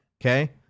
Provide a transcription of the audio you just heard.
okay